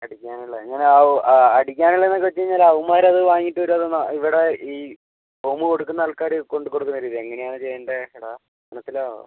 അടിക്കാനുള്ള എങ്ങനെയാകും അടിക്കാനുള്ളത് എന്നൊക്കെ വെച്ച് കഴിഞ്ഞാൽ അവന്മാർ അത് വാങ്ങിയിട്ട് വരുമോ അതോന്നാ ഇവിടെ ഈ റൂമ് കൊടുക്കുന്ന ആൾക്കാർ കൊണ്ട് കൊടുക്കുന്നതായിരിക്കുമോ എങ്ങനെയാന്ന് ചെയ്യണ്ടേ എടാ നമുക്കില്ല